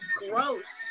gross